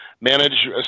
manage